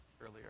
earlier